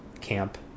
camp